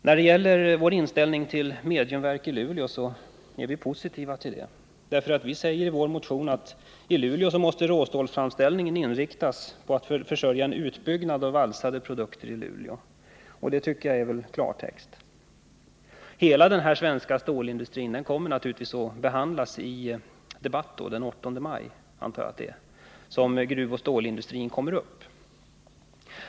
När det gäller mediumvalsverk i Luleå så är vi positivt inställda. Vi säger i vår motion att i Luleå måste råstålsframställningen inriktas på att försörja en utbyggd framställning av valsade produkter. Det tycker jag är klartext. Hela den svenska stålindustrin kommer naturligtvis att behandlas i debatten om gruvoch stålindustrin, som jag antar att vi får den 8 maj.